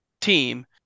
team